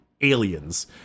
aliens